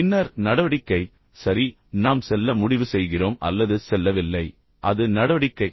பின்னர் நடவடிக்கை சரி நாம் செல்ல முடிவு செய்கிறோம் அல்லது செல்லவில்லை அது நடவடிக்கை